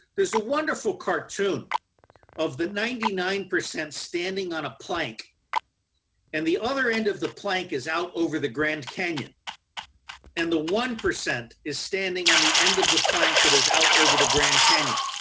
there is a wonderful cartoon of the ninety nine percent standing on a plank and the other end of the plank is out over the grand canyon and the one percent is standing on the end of the plank that is out over the grand canyon